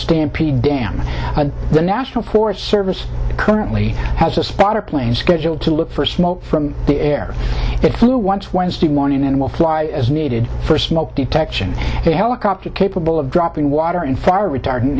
stampede dam the national forest service currently has a spotter plane scheduled to look first from the air it flew once wednesday morning and will fly as needed for smoke detection a helicopter capable of dropping water and fire retardant